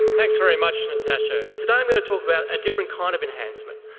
thanks very much natasha. today i'm going to talk about a different kind of enhancement,